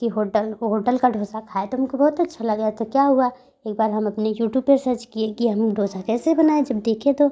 कि hotel hotel का डोसा खाए थे हमको बहुत अच्छा लगा तो क्या हुआ एक बार हम अपने यूट्यूब पे सर्च किए कि हम डोसा कैसे बनाए जब देखे तो